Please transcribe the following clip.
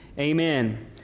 Amen